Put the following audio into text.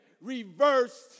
reversed